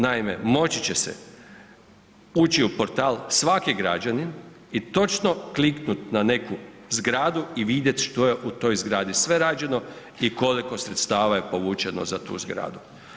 Naime, moći će se ući u portal svaki građanin i točno kliknut na neku zgradu i vidjet što je u toj zgradi sve rađeno i koliko sredstava za povućeno za tu zgradu.